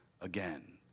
again